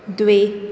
द्वे